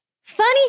Funny